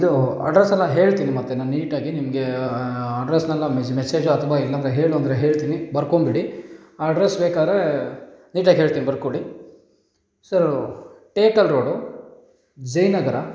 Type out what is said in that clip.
ಇದು ಅಡ್ರಸ್ ಎಲ್ಲ ಹೇಳ್ತೀನಿ ಮತ್ತು ನಾನು ನೀಟಾಗಿ ನಿಮಗೆ ಅಡ್ರಸ್ನಲ್ಲ ಮೇಜ್ ಮೆಸೇಜು ಅಥ್ವಾ ಇಲ್ಲ ಅಂದ್ರೆ ಹೇಳು ಅಂದರೆ ಹೇಳ್ತೀನಿ ಬರ್ಕೊಂಡ್ಬಿಡಿ ಅಡ್ರಸ್ ಬೇಕಾದ್ರೆ ನೀಟಾಗಿ ಹೇಳ್ತೀನಿ ಬರ್ಕೊಳ್ಳಿ ಸೋಟೇಕಲ್ ರೋಡು ಜಯ್ನಗರ